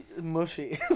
mushy